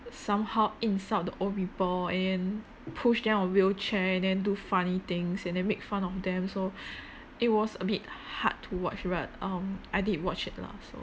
somehow insult the old people and then push them on wheelchair and then do funny things and then make fun of them so it was a bit hard to watch but um I did watch it lah so